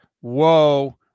Whoa